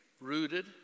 rooted